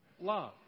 love